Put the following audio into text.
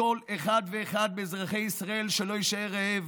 לכל אחד ואחד מאזרחי ישראל שלא יישאר רעב.